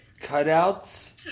cutouts